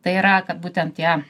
tai yra kad būtent tie